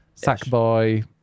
Sackboy